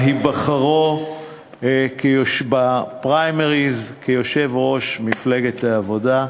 על היבחרו בפריימריז ליושב-ראש מפלגת העבודה.